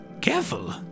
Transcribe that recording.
careful